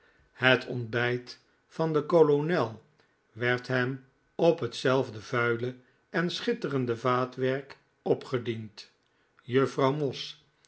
het ontbijt van den kolonel werd hem op hetzelfde vuile en schitterende vaatwerk opgediend juffrouw moss